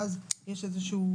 ואז יש איזושהי